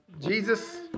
Jesus